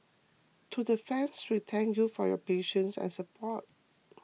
to the fans we thank you for your patience and support